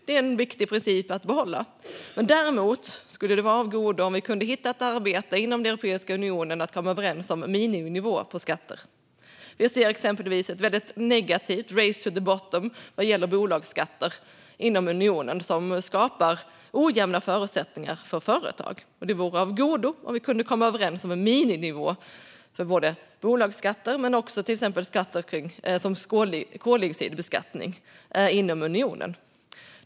Det är en viktig princip att behålla. Däremot skulle det vara av godo om vi kunde hitta ett arbetssätt inom Europeiska unionen för att komma överens om miniminivåer på skatter. Vi ser exempelvis ett väldigt negativt race to the bottom vad gäller bolagsskatter inom unionen, som skapar ojämna förutsättningar för företag. Det vore av godo om vi kunde komma överens om en miniminivå för både bolagsskatter och skatter som koldioxidbeskattningen inom unionen.